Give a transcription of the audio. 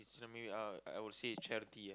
so maybe uh I will say charity ah